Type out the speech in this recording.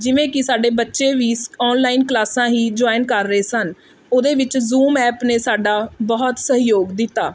ਜਿਵੇਂ ਕਿ ਸਾਡੇ ਬੱਚੇ ਵੀ ਔਨਲਾਈਨ ਕਲਾਸਾਂ ਹੀ ਜੁਆਇਨ ਕਰ ਰਹੇ ਸਨ ਉਹਦੇ ਵਿੱਚ ਜ਼ੂਮ ਐਪ ਨੇ ਸਾਡਾ ਬਹੁਤ ਸਹਿਯੋਗ ਦਿੱਤਾ